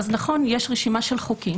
אז נכון שיש רשימה של חוקים